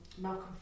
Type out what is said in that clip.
Malcolm